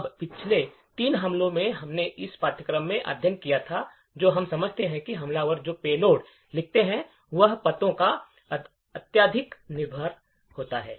अब पिछले तीन हमलों से हमने इस पाठ्यक्रम में अध्ययन किया है जो हम समझते हैं कि हमलावर जो पेलोड लिखते हैं वह पतों पर अत्यधिक निर्भर होता है